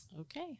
okay